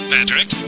Patrick